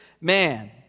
man